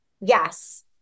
Yes